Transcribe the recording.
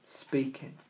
speaking